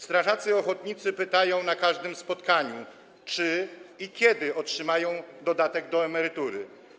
Strażacy ochotnicy pytają na każdym spotkaniu, czy i kiedy otrzymają dodatek do emerytury.